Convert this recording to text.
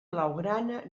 blaugrana